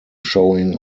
showing